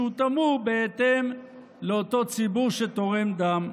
שהותאמו בהתאם לאותו ציבור שתורם דם.